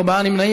ארבעה נמנעים.